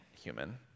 human